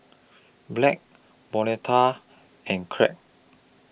Blanch Bonita and Kraig